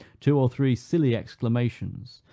two or three silly exclamations,